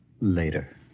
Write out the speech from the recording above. Later